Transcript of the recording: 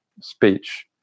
speech